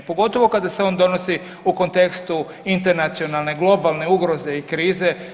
Pogotovo kada se on donosi u kontekstu internacionalne, globalne, ugroze i krize.